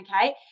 okay